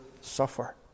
suffer